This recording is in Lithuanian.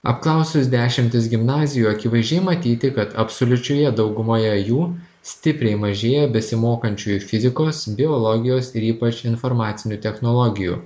apklausus dešimtis gimnazijų akivaizdžiai matyti kad absoliučioje daugumoje jų stipriai mažėja besimokančiųjų fizikos biologijos ir ypač informacinių technologijų